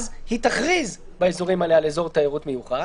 היא תכריז באזורים האלה על אזור תיירות מיוחד,